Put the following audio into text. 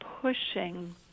pushing